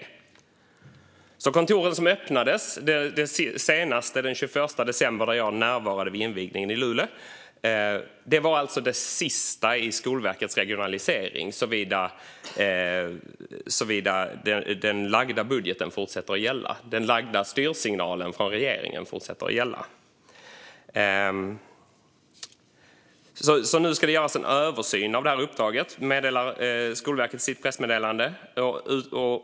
Det senaste kontoret som öppnades, den 21 december och där jag närvarade vid invigningen, var alltså det sista i Skolverkets regionalisering, såvida den lagda budgeten - styrsignalen från regeringen - fortsätter att gälla. Nu ska det göras en översyn av uppdraget, meddelar Skolverket i sitt pressmeddelande.